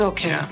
Okay